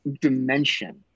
dimension